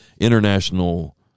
international